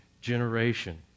generation